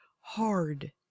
hard